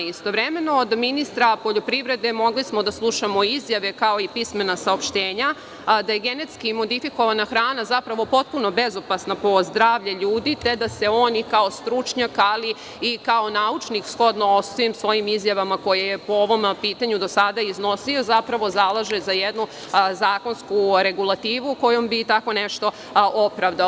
Istovremeno od ministra poljoprivrede mogli smo da slušamo izjave kao i pismena saopštenja da je GMO hrana zapravo potpuno bezopasna po zdravlje ljudi, te da se on i kao stručnjak i kao naučnik, shodno svim svojim izjavama koje je po ovom pitanju do sada iznosio, zapravo zalaže za jednu zakonsku regulativu kojom bi tako nešto opravdao.